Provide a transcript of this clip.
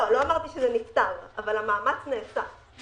לא אמרתי שזה נפתר, אבל המאמץ נעשה.